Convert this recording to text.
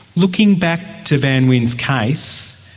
looking back to van nguyen's case,